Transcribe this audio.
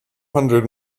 hundred